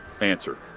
answer